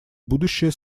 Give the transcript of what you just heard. будущее